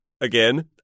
again